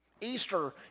Easter